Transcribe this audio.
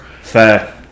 Fair